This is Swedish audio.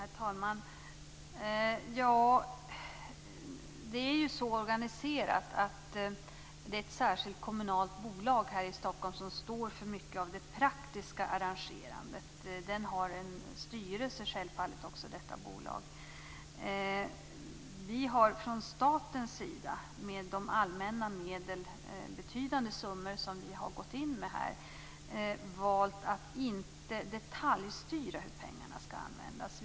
Herr talman! Det är ju så organiserat att det är ett särskilt kommunalt bolag här i Stockholm som står för mycket av det praktiska arrangerandet. Detta bolag har självfallet också en styrelse. Vi har från statens sida, med de betydande summor som vi har gått in med av allmänna medel, valt att inte detaljstyra hur pengarna skall användas.